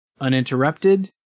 uninterrupted